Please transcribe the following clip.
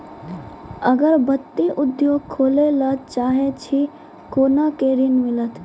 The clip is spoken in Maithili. अगरबत्ती उद्योग खोले ला चाहे छी कोना के ऋण मिलत?